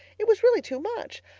it was really too much.